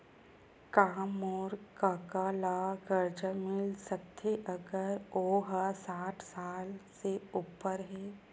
का मोर कका ला कर्जा मिल सकथे अगर ओ हा साठ साल से उपर हे?